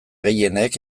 gehienek